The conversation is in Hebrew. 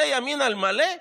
זה ימין על מלא?